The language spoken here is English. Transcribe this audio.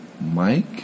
Mike